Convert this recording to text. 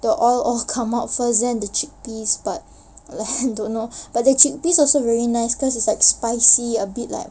the oil all come out first then the chickpeas but I don't know but the chickpeas also very nice cause it's like spicy a bit like